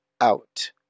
out